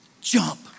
jump